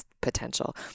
potential